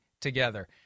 together